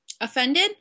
offended